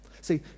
See